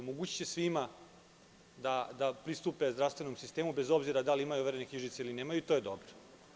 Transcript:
Omogućiće svima da pristupe zdravstvenom sistemu, bez obzira da li imaju overene knjižice ili ne, i to je dobro.